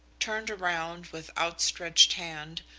turned around with outstretched hand,